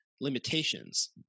limitations